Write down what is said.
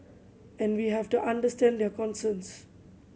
and we have to understand their concerns